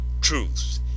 truth